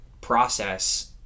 process